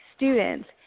students